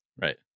right